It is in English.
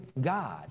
God